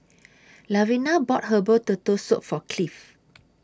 Lavina bought Herbal Turtle Soup For Cliff